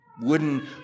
wooden